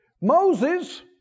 Moses